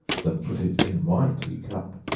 than put it in my teacup.